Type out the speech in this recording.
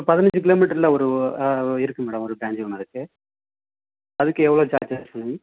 பதனைஞ்சு கிலோமீட்ரில் ஒரு இருக்குது மேடம் ஒரு ப்ரான்ச்சு ஒன்று இருக்குது அதுக்கு எவ்வளோ சார்ஜஸ் பண்ணுவீங்க